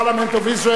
Welcome.